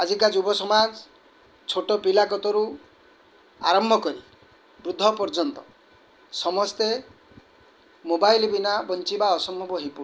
ଆଜିକା ଯୁବ ସମାଜ ଛୋଟ ପିଲା କତୁରୁ ଆରମ୍ଭ କରି ବୃଦ୍ଧ ପର୍ଯ୍ୟନ୍ତ ସମସ୍ତେ ମୋବାଇଲ୍ ବିନା ବଞ୍ଚିବା ଅସମ୍ଭବ ହେଇପଡ଼ୁଛି